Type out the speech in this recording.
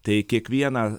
tai kiekvieną